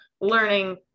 learning